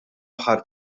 aħħar